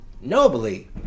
nobly